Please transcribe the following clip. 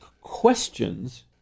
questions